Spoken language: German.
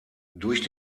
durch